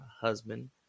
Husband